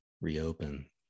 reopen